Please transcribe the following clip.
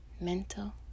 mental